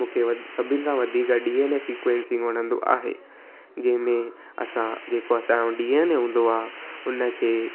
मूंखे सभिनि खां वधीक डी ऐन ए सिक्वैंसिंग वणंदो आहे जंहिंमें असां जेको असांजो डी एन ए हूंदो आहे उनखे